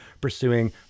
pursuing